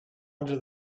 under